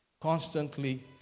constantly